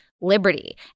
Liberty